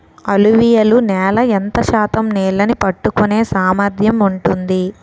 అలువియలు నేల ఎంత శాతం నీళ్ళని పట్టుకొనే సామర్థ్యం ఉంటుంది?